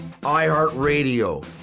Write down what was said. iHeartRadio